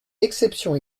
exception